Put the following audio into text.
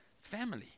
family